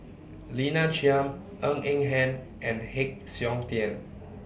Lina Chiam Ng Eng Hen and Heng Siok Tian